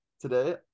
today